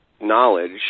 knowledge